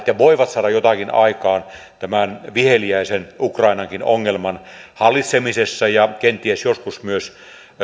ja voivat saada jotakin aikaan tämän viheliäisen ukrainan ongelmankin hallitsemisessa ja kenties joskus myös